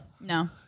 No